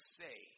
say